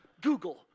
Google